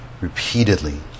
repeatedly